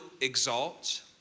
exalt